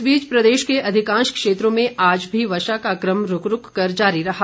इस बीच प्रदेश के अधिकांश क्षेत्रों में आज भी वर्षा का क्रम रूक रूक कर जारी रहा